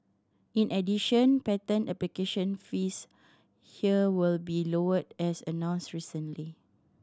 in addition patent application fees here will be lowered as announced recently